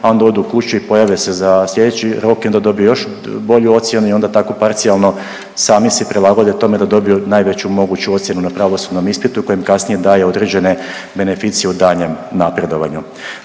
onda odu kući i pojave se za sljedeći rok i onda dobije još bolju ocjenu i onda tako parcijalno sami si prilagode tome da dobiju najveću moguću ocjenu na pravosudnom ispitu koji im kasnije daje određene beneficije u daljnjem napredovanju.